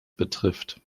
betrifft